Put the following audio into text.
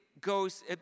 goes